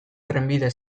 trenbide